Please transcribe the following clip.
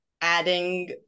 adding